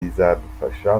bizadufasha